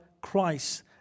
Christ